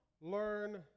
learn